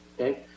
Okay